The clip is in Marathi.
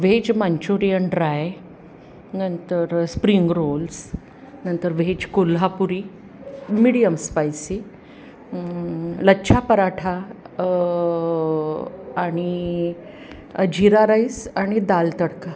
व्हेज मांचुरियन ड्राय नंतर स्प्रिंग रोल्स नंतर veg Kolhapuri medium spicy lachha paratha आणि जीरा राईस आणि दाल तडका